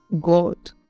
God